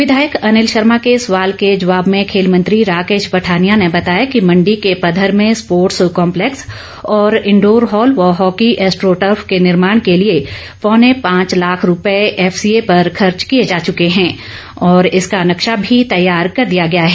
विधायक अनिल शर्मा के सवाल के जवाब में खेल मंत्री राकेश पठानिया ने बताया कि मंडी के पधर में स्पोर्टस काम्पलैक्स और इंडोर हॉल व हॉकी एसट्रोटर्फ के निर्माण के लिए पौने पांच लाख रूपए एफसीए पर खर्च किए जा चुके हैं और इसका नक्शा भी तैयार कर दिया गया है